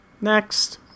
Next